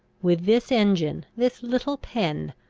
with this engine, this little pen,